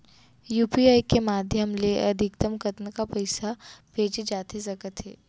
UPI के माधयम ले अधिकतम कतका पइसा भेजे जाथे सकत हे?